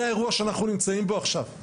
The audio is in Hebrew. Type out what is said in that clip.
זה האירוע שאנחנו נמצאים בו עכשיו.